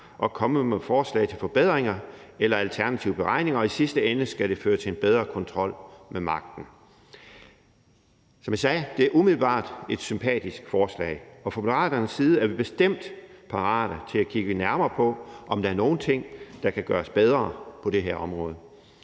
og komme med forslag til forbedringer eller alternative beregninger, og i sidste ende skal det føre til en bedre kontrol med magten. Som jeg sagde, er det umiddelbart et sympatisk forslag, og fra Moderaternes side er vi bestemt parate til at kigge nærmere på, om der er nogle ting, der kan gøres bedre på det her område.